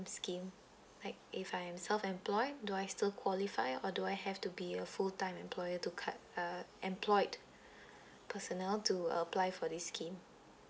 scheme like if I am self employed do I still qualify or do I have to be a full time employer to cut uh employed personnel to apply for this scheme